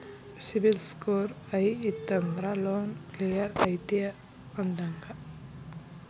CIBIL score high ಇತ್ತಂದ್ರ loan clear ಐತಿ ಅಂದಂಗ